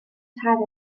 have